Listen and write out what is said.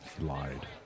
Lied